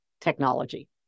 technology